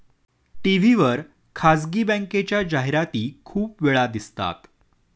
TV वर खासगी बँकेच्या जाहिराती खूप वेळा दिसतात